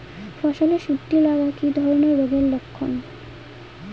ফসলে শুটি লাগা কি ধরনের রোগের লক্ষণ?